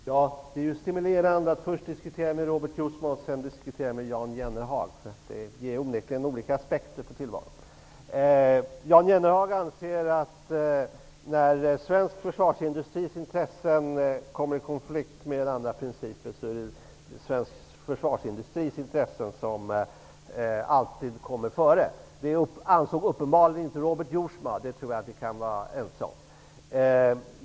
Herr talman! Det är stimulerande att först diskutera med Robert Jousma och sedan med Jan Jennehag. Det ger onekligen olika aspekter på tillvaron. Jan Jennehag anser att svensk försvarsindustris intressen alltid går före när de kommer i konflikt med andra principer. Det anser uppenbarligen inte Robert Jousma -- det tror jag att vi kan vara ense om.